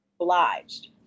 obliged